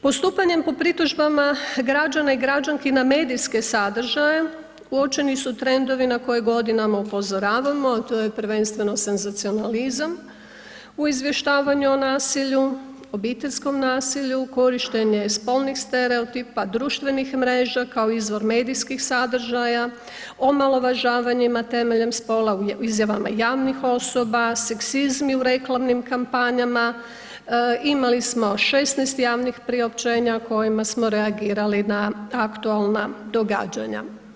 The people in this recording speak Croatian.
Postupanje po pritužbama građana i građanki na medijske sadržaje, uočeni su trendovi na koje godinama upozoravamo a to je prvenstveno senzacionalizam u izvještavanju o nasilju, obiteljskom nasilju, korištenje spolnih stereotipa, društvenih mreža kao izvor medijskih sadržaja, omalovažavanjima temeljem spola u izjavama javnih osoba, seksizmi u reklamnim kampanjama, imali smo 16 javnih priopćenja kojima smo reagirali na aktualna događanja.